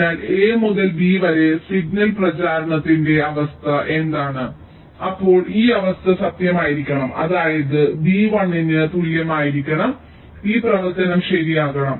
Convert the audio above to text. അതിനാൽ a മുതൽ b വരെ സിഗ്നൽ പ്രചാരണത്തിന്റെ അവസ്ഥ എന്താണ് അപ്പോൾ ഈ അവസ്ഥ സത്യമായിരിക്കണം അതായത് b 1 ന് തുല്യമായിരിക്കണം ഈ പ്രവർത്തനം ശരിയാകണം